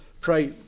pray